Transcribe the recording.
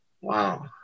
Wow